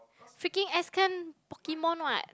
freaking Pokemon [what]